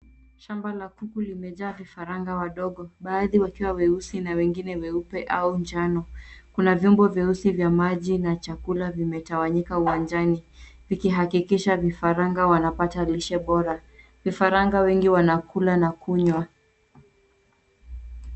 Shamba la kuku limejaa vifaranga wadogo. Baadhi wakiwa weusi na wengine weupe au njano. Kuna vyombo vyeusi vya maji na chakula vimetawanyika uwanjani, vikihakikisha vifaranga wanapata lishe bora. Vifaranga wengi wanakula na kunywa.